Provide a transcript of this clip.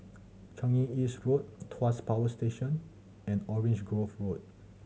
Changi East Road Tuas Power Station and Orange Grove Road